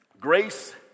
grace